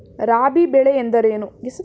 ರಾಬಿ ಬೆಳೆ ಎಂದರೇನು?